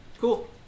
Cool